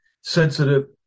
sensitive